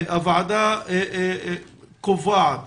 הוועדה קובעת